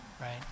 right